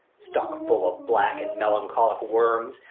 stuck full of black and melancholic worms,